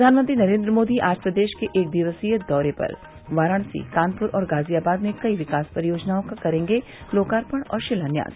प्रधानमंत्री नरेन्द्र मोदी आज प्रदेश के एक दिवसीय दौरे पर वाराणसी कानपुर और गाजियाबाद में कई विकास परियोजनाओं का करेंगे लोकार्पण और शिलान्यास